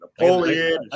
Napoleon